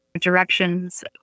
directions